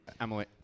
Emily